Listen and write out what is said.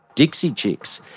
dixie chicks.